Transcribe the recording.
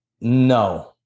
No